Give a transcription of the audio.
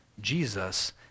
Jesus